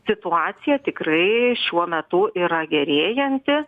situacija tikrai šiuo metu yra gerėjanti